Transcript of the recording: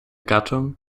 gattung